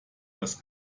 das